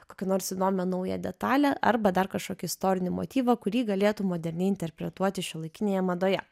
kokią nors įdomią naują detalę arba dar kažkokį istorinį motyvą kurį galėtų moderniai interpretuoti šiuolaikinėje madoje